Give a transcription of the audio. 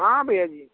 हाँ भैया जी